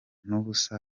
n’ubusa